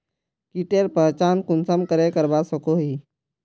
कीटेर पहचान कुंसम करे करवा सको ही?